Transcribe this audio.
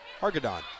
Hargadon